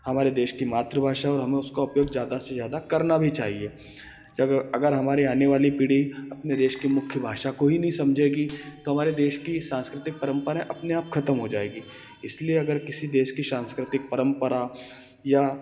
हमारे देश की मातृभाषा और हमें उसका उपयोग ज्यादा से ज्यादा करना भी चाहिए अगर हमारे आने वाली पीढ़ी अपने देश की मुख्य भाषा को ही नहीं समझेगी तो हमारे देश की सांस्कृतिक परम्परा अपने आप खत्म हो जाएगी इसलिए अगर किसी देश की सांस्कृतिक परम्परा या